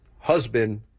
husband